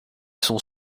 sont